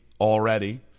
already